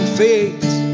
fades